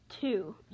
Two